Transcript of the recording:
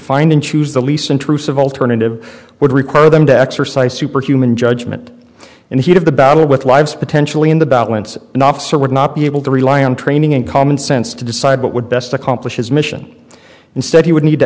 find and choose the least intrusive alternative would require them to exercise superhuman judgment and heat of the battle with lives potentially in the balance an officer would not be able to rely on training and common sense to decide what would best accomplish his mission instead he would need to